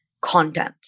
content